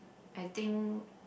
I think